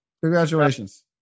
Congratulations